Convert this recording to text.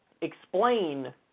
explain